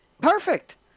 Perfect